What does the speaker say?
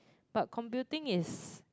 but computing is